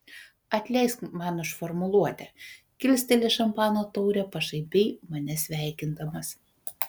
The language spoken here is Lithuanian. atleisk man už formuluotę kilsteli šampano taurę pašaipiai mane sveikindamas